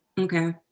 Okay